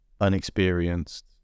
unexperienced